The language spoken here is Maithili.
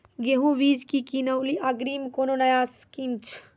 गेहूँ बीज की किनैली अग्रिम कोनो नया स्कीम छ?